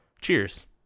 cheers